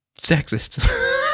sexist